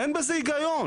אין בזה היגיון.